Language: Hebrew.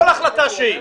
מכול סיבה שהיא.